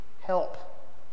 help